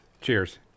Cheers